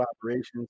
operations